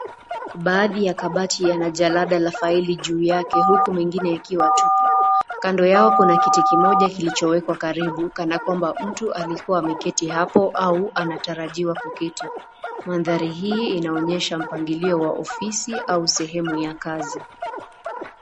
Baadhi ya kabati yana jarada la faili juu yake, huku mwingine akiwa juu, kando yao kuna kiti moja kilichowekwa karibu kana kwamba mtu alikuwa ameketi hapo au anatarajiwa kuketi mandhari hii inaonyesha mpangilio wa ofisi au sehemu ya kazi.